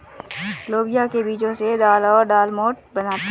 लोबिया के बीजो से दाल और दालमोट बनाते है